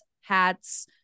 hats